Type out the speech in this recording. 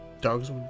Dogs